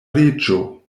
reĝo